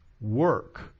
Work